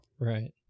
right